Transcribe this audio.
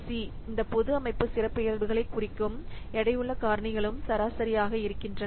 C இந்த பொது அமைப்பு சிறப்பியல்புகளைக் குறிக்கும் எடையுள்ள காரணிகளும் சராசரியாக இருக்கின்றன